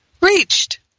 Reached